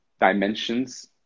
dimensions